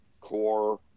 Core